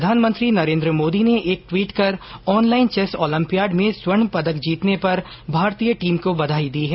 प्रधानमंत्री नरेन्द्र मोदी ने एक ट्वीट कर ऑनलाइन चैस ओम्पियाड में स्वर्ण पदक जीतने पर भारतीय टीम को बधाई दी है